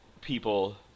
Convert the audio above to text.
people